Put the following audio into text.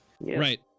Right